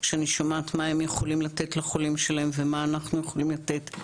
שאני שומעת מה הם יכולים לתת לחולים שלהם ומה אנחנו יכולים לתת,